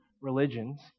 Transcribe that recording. religions